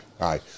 Aye